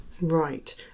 Right